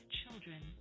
children